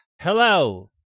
Hello